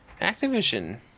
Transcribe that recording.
Activision